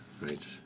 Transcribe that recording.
right